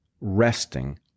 resting